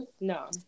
No